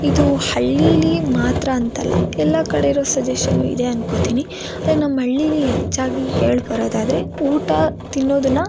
ಇದು ಹಳ್ಳೀಲಿ ಮಾತ್ರ ಅಂತ ಅಲ್ಲ ಎಲ್ಲಾ ಕಡೆಯಿರೊ ಸಜೆಶನು ಇದೇ ಅನ್ಕೊತೀನಿ ಆದರೆ ನಮ್ಮ ಹಳ್ಳೀಲಿ ಹೆಚ್ಚಾಗಿ ಹೇಳ್ಬರೋದು ಆದರೆ ಊಟ ತಿನ್ನೋದನ್ನ